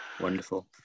wonderful